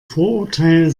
vorurteil